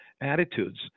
attitudes